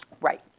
Right